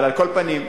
על כל פנים,